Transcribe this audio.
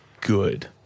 good